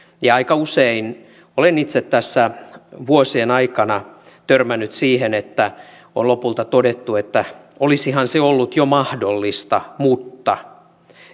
aika usein olen itse tässä vuosien aikana törmännyt siihen että on lopulta todettu että olisihan se ollut jo mahdollista mutta